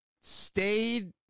stayed